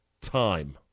time